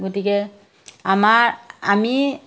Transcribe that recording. গতিকে আমাৰ আমি